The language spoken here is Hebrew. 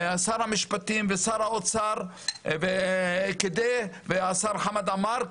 שר המשפטים ושר האוצר והשר חמד עמאר,